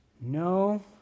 No